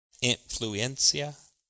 Influencia